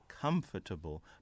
comfortable